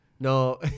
No